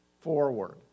forward